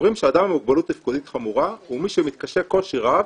אומרים שאדם עם מוגבלות תפקודית חמורה הוא מי שמתקשה קושי רב